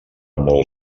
molt